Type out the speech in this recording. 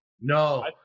No